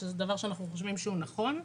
שזה דבר שאנחנו חושבים שהוא נכון.